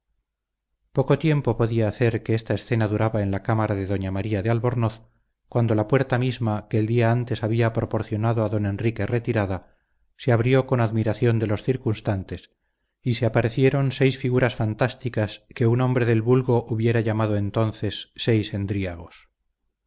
poco tiempo podía hacer que esta escena duraba en la cámara de doña maría de albornoz cuando la puerta misma que el día antes había proporcionado a don enrique retirada se abrió con admiración de los circunstantes y se aparecieron seis figuras fantásticas que un hombre del vulgo hubiera llamado entonces seis